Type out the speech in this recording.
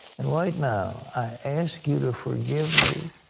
and right now i ask you to forgive me,